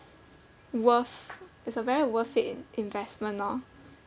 worth it's a very worth it investment lor